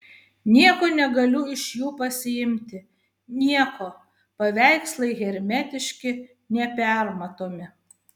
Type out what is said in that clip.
nieko negaliu iš jų pasiimti nieko paveikslai hermetiški nepermatomi